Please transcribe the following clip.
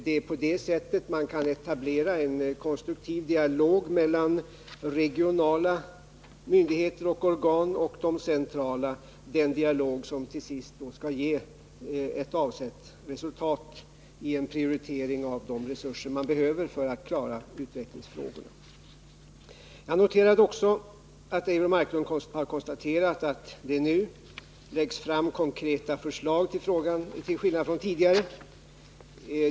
Det är på det sättet man kan etablera en konstruktiv dialog mellan regionala myndigheter och organ och de centrala, den dialog som till sist skall ge avsett resultat i en prioritering av de resurser som man behöver för att klara utvecklingsfrågorna. Jag noterar också att Eivor Marklund har konstaterat att det nu läggs fram konkreta förslag i frågan till skillnad från tidigare.